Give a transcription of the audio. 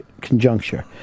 conjuncture